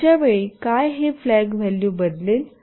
अशावेळी काय हे फ्लाग व्हॅल्यू बदलेल